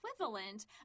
equivalent